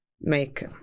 make